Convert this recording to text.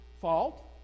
fault